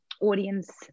audience